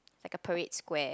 like the parade square